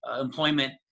employment